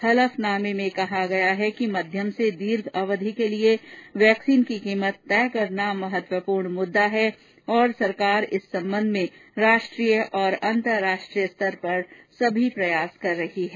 हलफनामे में कहा गया है कि मध्यम से दीर्घ अवधि के लिए वैक्सीन की कीमत तय करना महत्वपूर्ण मुद्दा है और सरकार इस संबंध में राष्ट्रीय और अंतर्राष्ट्रीय स्तर पर सभी प्रयास कर रही है